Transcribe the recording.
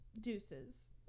deuces